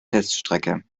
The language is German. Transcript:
teststrecke